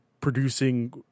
producing